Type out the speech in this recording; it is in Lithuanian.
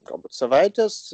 galbūt savaitės